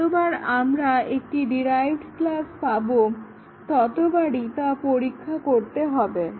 যতবার আমরা একটি ডিরাইভড্ ক্লাস পাবো ততবারই তা পরীক্ষা করতে হবে